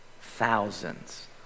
Thousands